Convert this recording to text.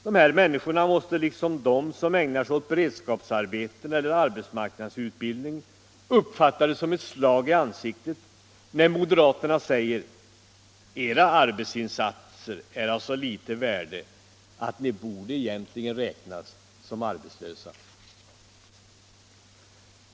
Dessa människor måste liksom de som ägnar sig åt beredskapsarbeten eller arbetsmarknadsutbildning uppfatta det som ett slag i ansiktet när moderaterna säger: Era arbetsinsatser är av så litet värde att ni egentligen borde räknas som arbetslösa.